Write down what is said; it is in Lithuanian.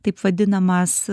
taip vadinamas